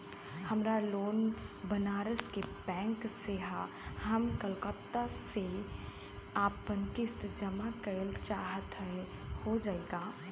हमार लोन बनारस के बैंक से ह हम कलकत्ता से आपन किस्त जमा कइल चाहत हई हो जाई का?